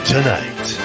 Tonight